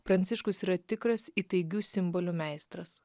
pranciškus yra tikras įtaigių simbolių meistras